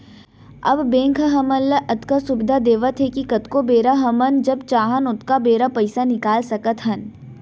अब बेंक ह हमन ल अतका सुबिधा देवत हे कि कतको बेरा हमन जब चाहन ओतका बेरा पइसा निकाल सकत हन